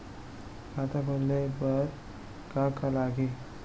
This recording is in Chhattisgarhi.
खाता खोले बार का का लागही?